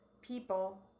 people